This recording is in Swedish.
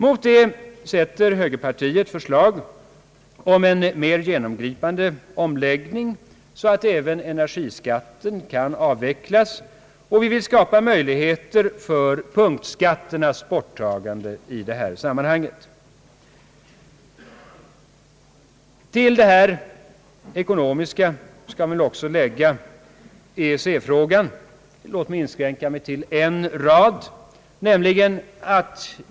Mot detta sätter högerpartiet förslag om en mer genomgripande skatteom läggning så att även energiskatten kan avvecklas, och vi vill i detta sammanhang skapa möjligheter att ta bort punktskatterna. Härtill skall läggas EEC-frågan.